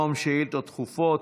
בסדר-היום נאומים בני דקה.